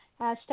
hashtag